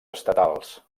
estatals